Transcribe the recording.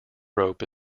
rope